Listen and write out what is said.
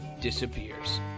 disappears